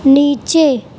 نیچے